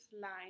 line